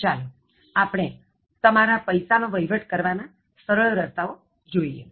ચાલો આપણે તમારા પૈસાનો વહિવટ કરવા ના સરળ રસ્તાઓ જોઇએ